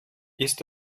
ist